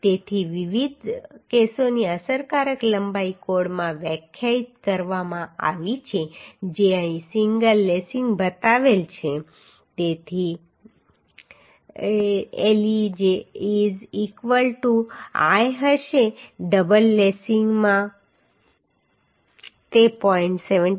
તેથી વિવિધ કેસોની અસરકારક લંબાઈ કોડમાં વ્યાખ્યાયિત કરવામાં આવી છે જે અહીં સિંગલ લેસિંગમાં બતાવેલ છે તે le is equal to l હશે ડબલ લેસિંગમાં તે 0